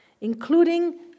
including